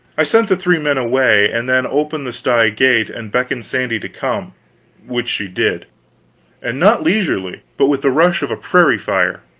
i sent the three men away, and then opened the sty gate and beckoned sandy to come which she did and not leisurely, but with the rush of a prairie fire.